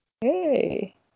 Hey